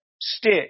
stick